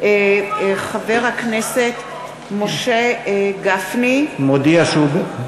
חבר הכנסת משה גפני, מודיע שהוא בעד.